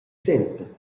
sempel